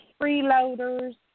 freeloaders